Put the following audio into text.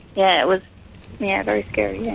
yeah, it was yeah very scary,